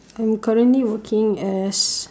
I'm current working as